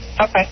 Okay